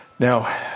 Now